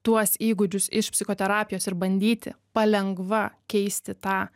tuos įgūdžius iš psichoterapijos ir bandyti palengva keisti tą